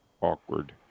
awkward